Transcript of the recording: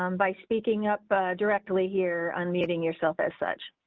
um by speaking up directly here on, meeting yourself as such.